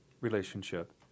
relationship